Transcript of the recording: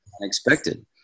unexpected